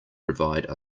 provide